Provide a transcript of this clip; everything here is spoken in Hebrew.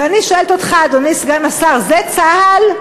ואני שואלת אותך, אדוני סגן השר: זה צה"ל?